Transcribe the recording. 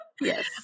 Yes